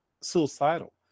suicidal